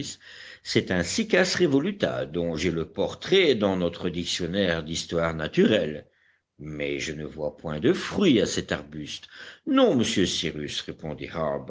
c'est un cycas revoluta dont j'ai le portrait dans notre dictionnaire d'histoire naturelle mais je ne vois point de fruit à cet arbuste non monsieur cyrus répondit